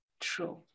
True